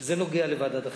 וזה קשור לוועדת החינוך.